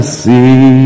see